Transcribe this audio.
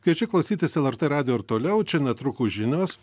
kviečiu klausytis lrt radijo ir toliau čia netrukus žinios